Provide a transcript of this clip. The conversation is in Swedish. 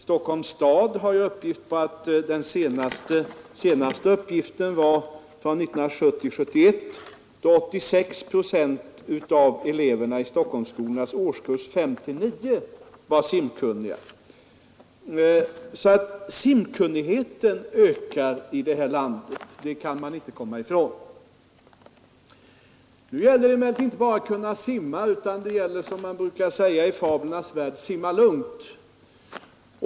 Enligt den senaste uppgift jag har beträffande Stockholms stad var 1970—1971 86 procent av eleverna i Stockholmsskolornas årskurser 5—9 simkunniga. Att simkunnigheten ökar i vårt land är alltså ovedersägligt. Men det gäller inte bara att kunna simma utan också att, som man säger i Fablernas värld, simma lugnt.